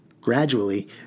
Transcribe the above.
Gradually